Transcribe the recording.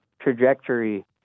trajectory